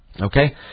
Okay